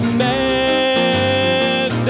man